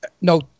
No